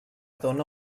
dóna